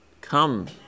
Come